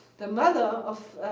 the mother of